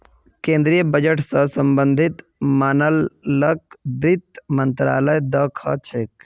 केन्द्रीय बजट स सम्बन्धित मामलाक वित्त मन्त्रालय द ख छेक